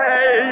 Hey